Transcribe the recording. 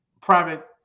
private